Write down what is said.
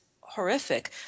horrific